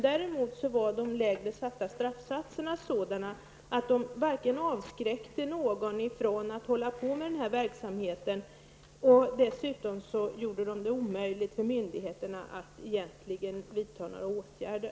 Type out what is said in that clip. Däremot medförde de tidigare lägre straffsatserna dels att ingen avskräcktes från att hålla på med denna plundringsverksamhet och dels att det var omöjligt för myndigheterna att egentligen vidta några åtgärder.